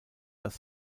das